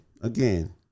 again